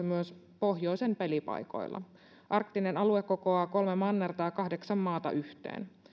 myös pohjoisen pelipaikoilla arktinen alue kokoaa kolme mannerta ja kahdeksan maata yhteen